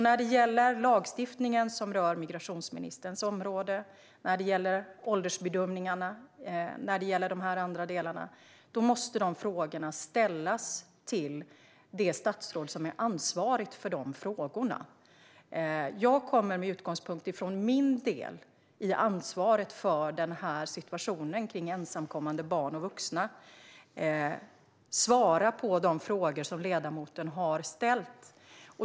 När det gäller lagstiftningen som rör migrationsministerns område liksom åldersbedömningarna och övriga delar måste därför dessa frågor ställas till det statsråd som är ansvarigt för de frågorna. Jag kommer med utgångspunkt från min del i ansvaret för situationen runt ensamkommande barn och vuxna att svara på de frågor som ledamoten har ställt.